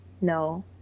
No